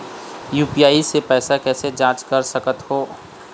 UPI से पैसा कैसे जाँच कर सकत हो?